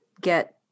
get